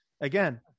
again